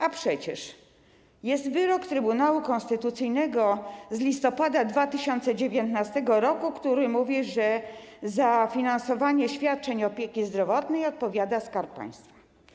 A przecież jest wyrok Trybunału Konstytucyjnego z listopada 2019 r., który mówi, że za finansowanie świadczeń opieki zdrowotnej odpowiada Skarb Państwa.